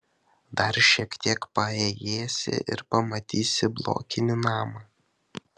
dar šiek tiek paėjėsi ir pamatysi blokinį namą